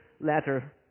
letter